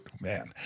man